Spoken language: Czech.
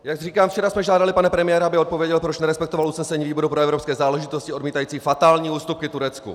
Jak říkám, včera jsme žádali pana premiéra, aby odpověděl, proč nerespektoval usnesení výboru pro evropské záležitosti odmítající fatální ústupky Turecku.